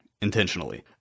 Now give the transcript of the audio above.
intentionally